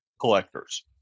collectors